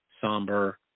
somber